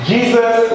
Jesus